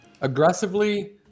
aggressively